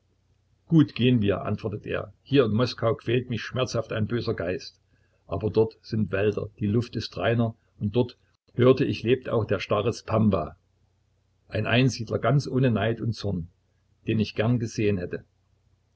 gut gehen wir antwortet er hier in moskau quält mich schmerzhaft ein böser geist aber dort sind wälder die luft ist reiner und dort hörte ich lebt auch der starez pamwa ein einsiedler ganz ohne neid und zorn den ich gern gesehen hätte